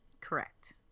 Correct